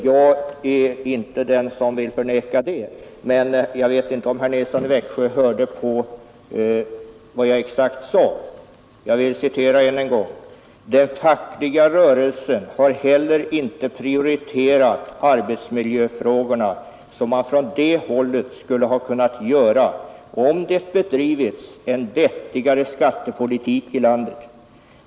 Jag vill inte förneka det, men jag vet inte om herr Nilsson i Växjö hörde på vad jag exakt sade. Jag vill därför upprepa: ”Den fackliga rörelsen har inte heller prioriterat arbetsmiljöfrågorna, som man från det hållet skulle ha kunnat göra om det bedrivits en vettigare skattepolitik i landet.